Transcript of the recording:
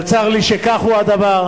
אבל צר לי שכך הוא הדבר.